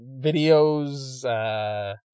videos